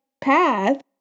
path